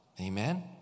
Amen